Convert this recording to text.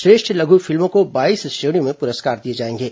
श्रेष्ठ लघु फिल्मों को बाईस श्रेणियों में पुरस्कार दिए जाएंगे